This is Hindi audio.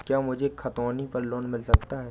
क्या मुझे खतौनी पर लोन मिल सकता है?